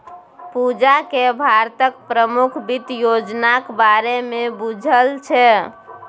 पूजाकेँ भारतक प्रमुख वित्त योजनाक बारेमे बुझल छै